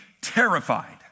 terrified